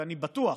ואני בטוח